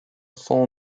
full